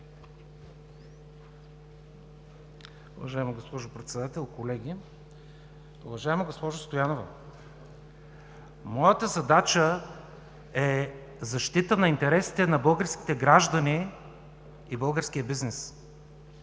Уважаема госпожо Председател, колеги! Уважаема госпожо Стоянова, моята задача е защита на интересите на българските граждани и българския бизнес.